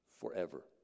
forever